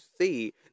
see